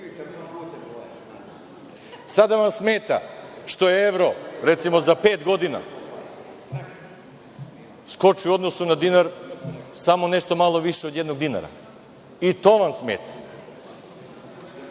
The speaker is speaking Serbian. Sada vam smeta što je evro, recimo, za pet godina skočio u odnosu na dinar samo nešto malo više od jednog dinara, i to vam smeta.